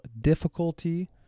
difficulty